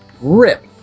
Rip